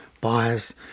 buyers